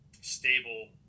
stable